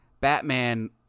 Batman